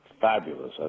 fabulous